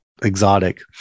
exotic